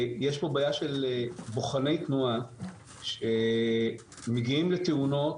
בעיה של בוחני תנועה שמגיעים לתאונות